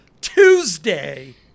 Tuesday